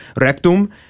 rectum